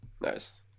nice